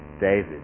David